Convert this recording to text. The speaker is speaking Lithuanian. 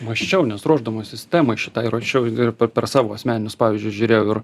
mąsčiau nes ruošdamasis temai šitai ruošiau ir per per savo asmeninius pavyzdžius žiūrėjau ir